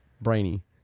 brainy